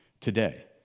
today